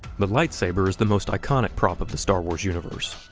but lightsaber is the most iconic prop of the star wars universe.